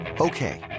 Okay